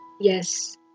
Yes